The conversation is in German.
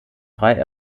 frei